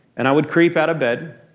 and i would creep out of bed,